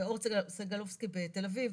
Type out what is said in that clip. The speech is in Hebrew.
באורט סינגאלובסקי בתל אביב,